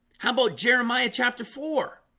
how about jeremiah chapter four?